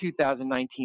2019